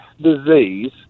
disease